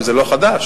זה לא חדש,